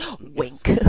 Wink